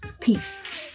Peace